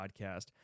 podcast